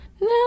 no